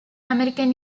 american